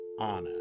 Anna